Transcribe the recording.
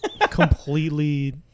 Completely